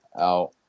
out